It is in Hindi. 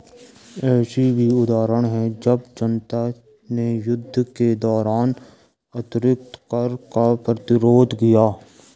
ऐसे भी उदाहरण हैं जब जनता ने युद्ध के दौरान अतिरिक्त कर का प्रतिरोध किया